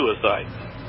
suicide